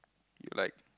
you like